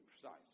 precise